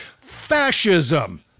Fascism